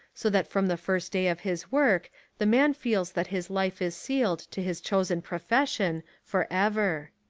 so that from the first day of his work the man feels that his life is sealed to his chosen pro fession forever.